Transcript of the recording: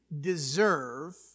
deserve